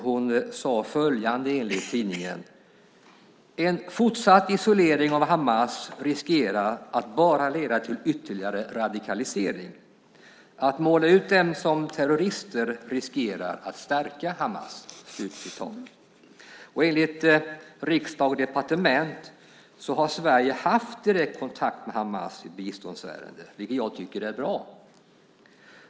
Hon sade enligt tidningen följande: En fortsatt isolering av Hamas riskerar att bara leda till ytterligare radikalisering. Att måla ut dem som terrorister riskerar att stärka Hamas. Enligt Riksdag & Departement har Sverige haft direkt kontakt med Hamas i biståndsärenden, vilket jag tycker är bra.